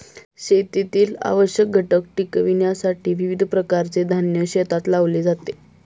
शेतीतील आवश्यक घटक टिकविण्यासाठी विविध प्रकारचे धान्य शेतात लावले जाते